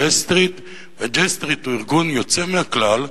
Streetו- J Streetהוא ארגון יוצא מהכלל,